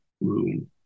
room